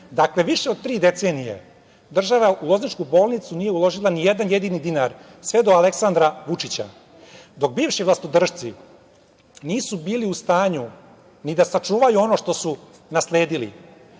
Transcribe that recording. Dakle, više od tri decenije u lozničku bolnicu nije uložila ni jedan jedini dinar, sve do Aleksandra Vučića. Dok bivši vlastodršci nisu bili u stanju ni da sačuvaju ono što su nasledili,